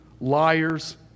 liars